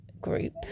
Group